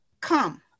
come